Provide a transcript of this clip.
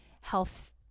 health